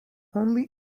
only